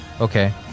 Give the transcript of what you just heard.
okay